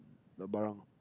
the barang